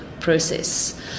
process